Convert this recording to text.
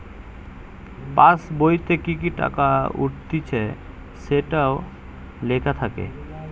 পাসবোইতে কি কি টাকা উঠতিছে সেটো লেখা থাকে